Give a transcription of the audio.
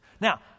Now